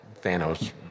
Thanos